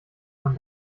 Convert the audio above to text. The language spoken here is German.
man